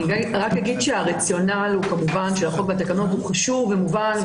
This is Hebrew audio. אני רק אגיד שהרציונל של החוק והתקנות כמובן הוא חשוב ומובן,